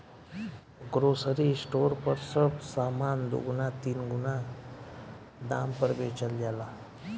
grocery store पर सब सामान दुगुना तीन गुना दाम पर बेचल जाला